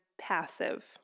passive